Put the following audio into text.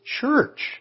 church